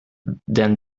then